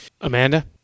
Amanda